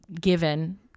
given